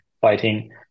fighting